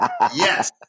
Yes